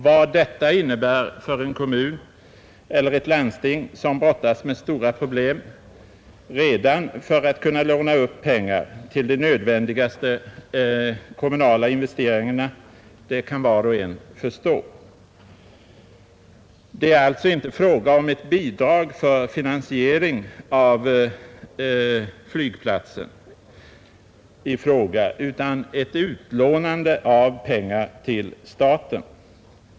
Vad detta innebär för en kommun eller ett landsting, som redan brottas med stora problem för att kunna låna upp pengar till de nödvändigaste kommunala investeringarna, kan var och en förstå. Det är alltså inte fråga om ett bidrag för finansiering av flygplatsen i fråga, utan ett utlånande av pengar till staten.